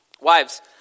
Wives